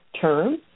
term